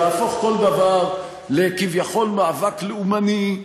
להפוך כל דבר למאבק כביכול לאומני,